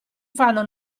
fanno